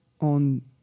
on